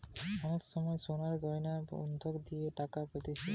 অনেক সময় সোনার গয়না বন্ধক দিয়ে টাকা পাতিছে